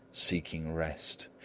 seeking rest.